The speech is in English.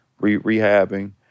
rehabbing